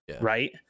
Right